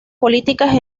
políticas